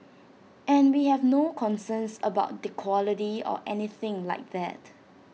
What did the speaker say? and we have no concerns about the quality or anything like that